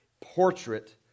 portrait